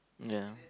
ya